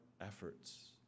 efforts